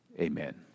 Amen